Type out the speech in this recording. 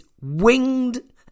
winged